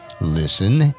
listen